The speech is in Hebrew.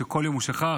שכל יום שכח,